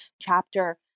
chapter